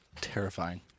terrifying